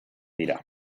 dira